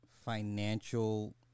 financial